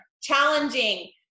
challenging